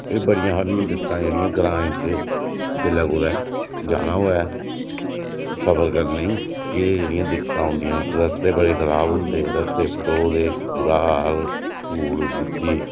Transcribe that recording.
एह् बड़ियां हारियां दिक्कतां जेह्ड़ियां ग्राएं च जेल्लै कुतै जाना होऐ सफर करने ई एह् जेह्ड़ियां दिक्कतां औंदियां रस्ते बड़े खराब होंदे रस्ते पटो दे बुरा हाल धूड़ मिट्टी